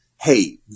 Hey